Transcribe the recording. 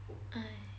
oh !aiya!